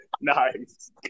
Nice